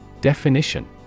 Definition